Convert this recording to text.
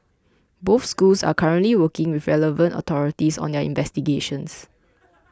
both schools are currently working with relevant authorities on their investigations